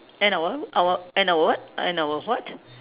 and our our and our what and our what